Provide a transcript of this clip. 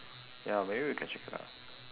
ya maybe we can check it out